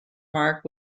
mark